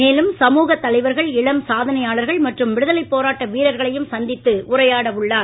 மேலும் சமூக தலைவர்கள் இளம் சாதனையாளர்கள் மற்றும் விடுதலை போராட்ட வீரர்களையும் சந்தித்து உரையாட உள்ளார்